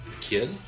kid